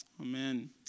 amen